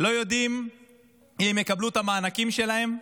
לא יודעים אם הם יקבלו את המענקים שלהם,